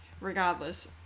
regardless